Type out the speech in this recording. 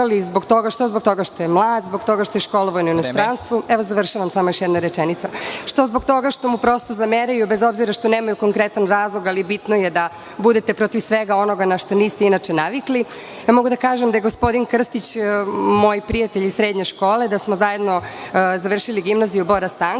što zbog toga što je mlad, zbog toga što je školovan u inostranstvu, što zbog toga što mu prosto zameraju, bez obzira što nemaju konkretan razlog, ali bitno je da budete protiv svega onoga na šta niste inače navikli. Mogu da kažem da je gospodin Krstić moj prijatelj iz srednje škole, da smo zajedno završili gimnaziju „Bora Stanković“